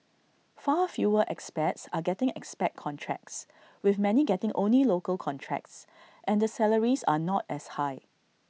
far fewer expats are getting expat contracts with many getting only local contracts and the salaries are not as high